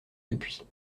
depuis